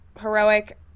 heroic